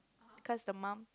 cause the mum